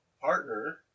partner